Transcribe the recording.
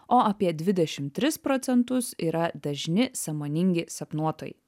o apie dvidešim tris procentus yra dažni sąmoningi sapnuotojai